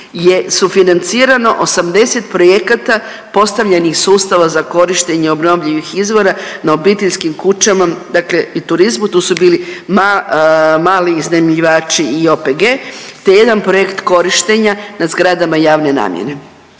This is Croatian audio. sufinancirano 80 projekata postavljanih sustava za korištenje obnovljivih izvora na obiteljskim kućama, dakle i turizmu tu su bili mali iznajmljivači i OPG te jedan projekt korištenja na zgradama javne namjene.